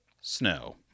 Snow